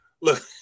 Look